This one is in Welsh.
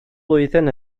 blwyddyn